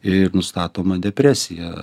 ir nustatoma depresija